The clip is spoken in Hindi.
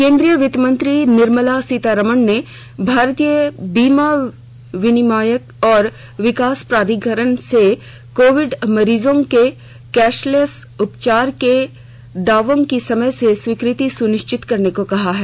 केन्द्रीय वित्त मंत्री निर्मला सीतारामन ने भारतीय बीमा विनियामक और विकास प्राधिकरण से कोविड मरीजों के कैशलेस उपचार के दावों की समय से स्वीकृति सुनिश्चित करने को कहा है